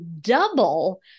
double